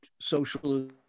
socialism